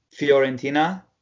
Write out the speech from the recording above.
Fiorentina